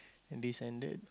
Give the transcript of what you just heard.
this and that